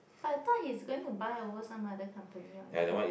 but I thought he's going to buy over some other company or